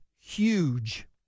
huge